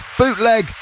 bootleg